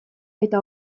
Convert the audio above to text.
eta